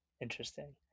interesting